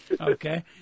Okay